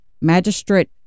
Magistrate